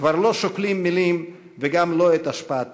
כבר לא שוקלים מילים, וגם לא את השפעתן.